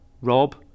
Rob